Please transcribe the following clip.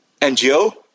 NGO